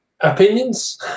Opinions